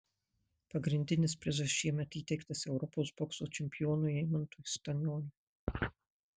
pagrindinis prizas šiemet įteiktas europos bokso čempionui eimantui stanioniui